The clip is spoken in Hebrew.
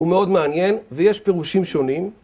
הוא מאוד מעניין ויש פירושים שונים.